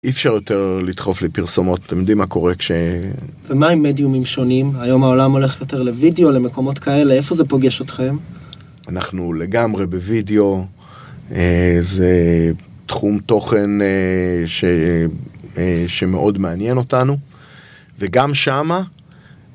אי אפשר יותר לדחוף לפרסומות, אתם יודעים מה קורה כש... ומה עם מדיומים שונים? היום העולם הולך יותר לוידאו, למקומות כאלה, איפה זה פוגש אתכם? אנחנו לגמרי בוידאו, זה תחום תוכן שמאוד מעניין אותנו, וגם שמה...